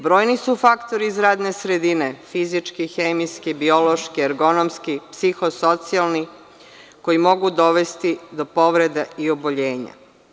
Brojni su faktori iz radne sredine fizičke, hemijske, biološke, ergonomske, psihosocijalni koji mogu dovesti do povreda i oboljenja.